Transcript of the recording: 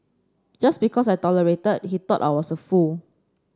just because I tolerated he thought I was a fool